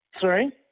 Sorry